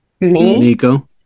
Nico